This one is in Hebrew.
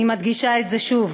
אני מדגישה את זה שוב,